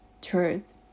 truth